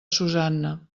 susanna